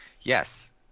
Yes